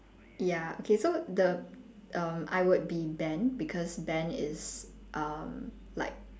ya K so the err I would be ben because ben is uh like